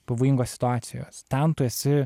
pavojingos situacijos ten tu esi